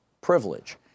privilege